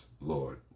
Lord